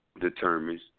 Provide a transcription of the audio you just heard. determines